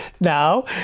now